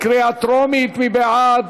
ואז,